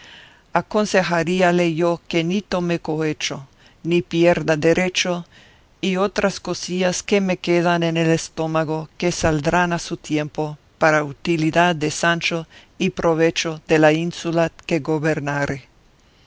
aconsejaríale yo que ni tome cohecho ni pierda derecho y otras cosillas que me quedan en el estómago que saldrán a su tiempo para utilidad de sancho y provecho de la ínsula que gobernare